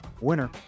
Winner